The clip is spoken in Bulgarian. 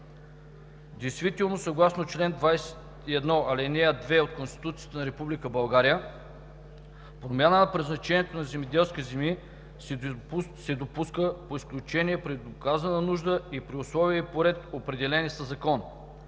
Действително, съгласно чл. 21, ал. 2 от Конституцията на Република България, промяна на предназначението на земеделски земи „се допуска по изключение при доказана нужда и при условия и по ред, определени със закон“.